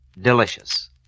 delicious